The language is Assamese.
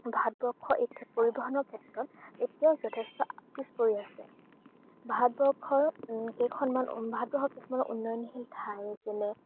ভাৰতবৰ্ষ এই পৰিবহণৰ ক্ষেত্ৰত এতিয়াও যথেষ্ট পিছ পৰি আছে ভাৰতবৰ্ষৰ কেইখনমান ভাৰতবৰ্ষৰ কেইখনমান উন্নয়নশীল ঠাই যেনে